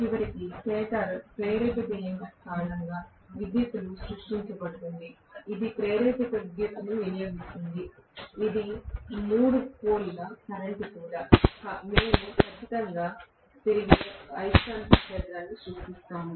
చివరికి స్టేటర్ ప్రేరేపిత EMF కారణంగా విద్యుత్తుగా సృష్టించబడింది ఇది ప్రేరేపిత విద్యుత్తును వినియోగిస్తుంది ఇది మూడు పోల్ ల కరెంట్ కూడా మేము ఖచ్చితంగా తిరిగే అయస్కాంత క్షేత్రాన్ని సృష్టిస్తాము